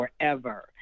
forever